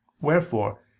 Wherefore